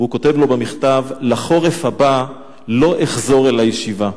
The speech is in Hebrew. והוא כותב לו במכתב: "לחורף הבא לא אחזור אל הישיבה",